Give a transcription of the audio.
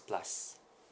plus